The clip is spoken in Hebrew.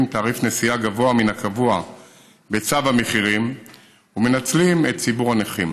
תעריף נסיעה גבוה מן הקבוע בצו המחירים ומנצלים את ציבור הנכים.